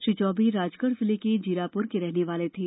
श्री चौबे राजगढ जिले के जीरापुर के रहने वाले थे